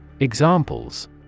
Examples